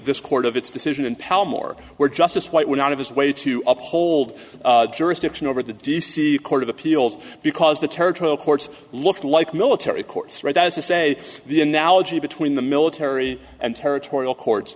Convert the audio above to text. this court of its decision and palmore where justice white went out of his way to uphold jurisdiction over the d c court of appeals because the territorial courts look like military courts right that is to say the analogy between the military and territorial courts